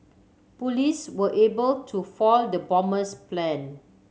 police were able to foil the bomber's plan